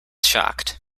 shocked